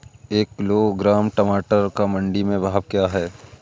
एक किलोग्राम टमाटर का मंडी में भाव क्या है?